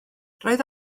roedd